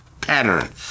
pattern